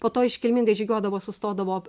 po to iškilmingai žygiuodavo sustodavo